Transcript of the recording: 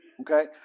Okay